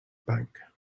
bank